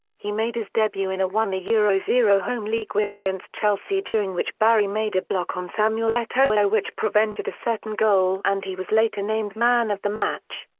he made his debut in a one yeah zero zero home league win against chelsea during which barry made a block on samuel eto'o which prevented a certain goal and he was later named man of the match.